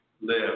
live